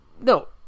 No